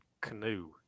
canoe